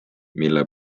mille